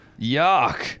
yuck